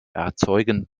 erzeugen